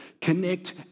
connect